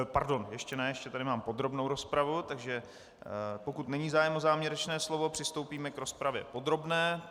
Pardon, ještě ne, ještě tady mám podrobnou rozpravu, takže pokud není zájem o závěrečné slovo, přistoupíme k rozpravě podrobné.